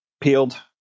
peeled